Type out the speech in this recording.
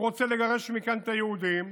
הוא רוצה לגרש מכאן את היהודים,